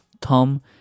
Tom